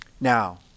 Now